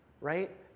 right